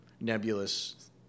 nebulous